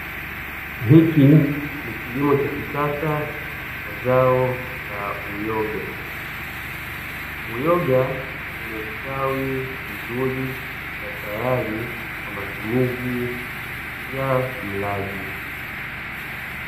Hiki ni kilimo cha kisasa cha zao la uyoga; uyoga umestawi vizuri na tayari kwa matumizi ya mlaji.